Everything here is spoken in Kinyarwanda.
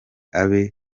abe